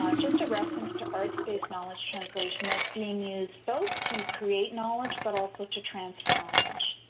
um just a reference to arts-based knowledge translation that's being used both to create knowledge, but also to transfer knowledge.